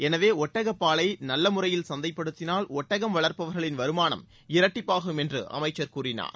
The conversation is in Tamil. எனவே ஒட்டகப்பாலை நல்ல முறையில் சந்தைப்படுத்தினால் ஒட்டகம் வளர்ப்பவர்களின் வருமானம் இரட்டிப்பாகும் என்று அமைச்சர் கூறினார்